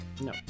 no